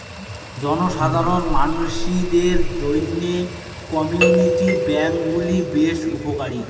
জনসাধারণ মানসিদের জইন্যে কমিউনিটি ব্যাঙ্ক গুলি বেশ উপকারী